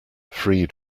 freed